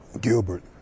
Gilbert